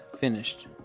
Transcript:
finished